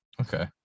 Okay